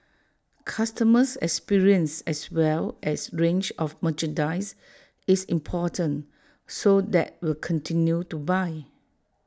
customer experience as well as range of merchandise is important so that will continue to buy